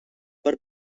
per